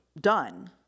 done